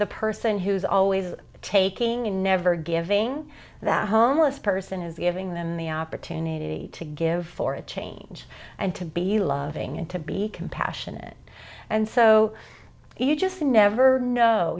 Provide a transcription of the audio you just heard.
the person who's always taking and never giving that homeless person is giving them the opportunity to give for a change and to be loving and to be compassionate and so you just never know